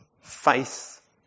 faith